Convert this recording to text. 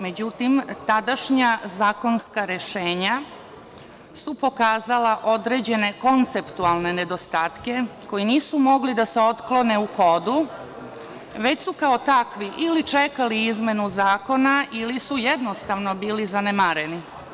Međutim, tadašnja zakonska rešenja su pokazala određene konceptualne nedostatke koji nisu mogli da se otklone u hodu, već su kao takvi ili čekali izmenu zakona ili su jednostavno bili zanemareni.